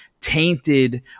tainted